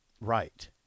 Right